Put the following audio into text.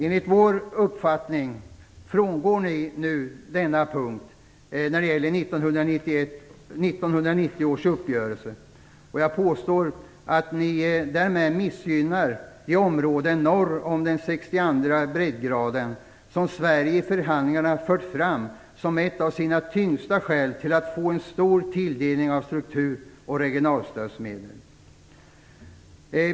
Enligt vår uppfattning frångår vi nu även på denna punkt 1990 års uppgörelse. Jag påstår att områdena norr om 62:a breddgraden därmed missgynnas. Dessa områden förde Sverige fram i EU-förhandlingarna som ett av de tyngsta skälen för en stor tilldelning av struktur och regionalstödsmedel.